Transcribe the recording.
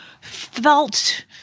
felt